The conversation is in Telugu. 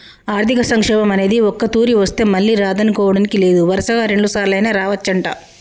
ఆర్థిక సంక్షోభం అనేది ఒక్కతూరి వస్తే మళ్ళీ రాదనుకోడానికి లేదు వరుసగా రెండుసార్లైనా రావచ్చంట